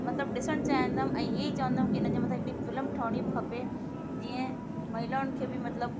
मतिलबु ॾिसणु चाहींदमि ऐं हीअं ई चवंदमि की हिननि जे मथां हिकड़ी फिल्म ठहिणी खपे जीअं महिलाउनि खे बि मतिलबु